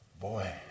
boy